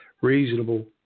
reasonable